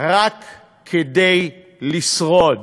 רק כדי לשרוד.